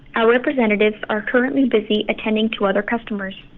our representatives are currently busy attending to other customers.